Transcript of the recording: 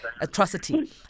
atrocity